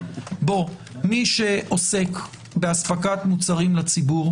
מי שעוסק באספקת מוצרים לציבור,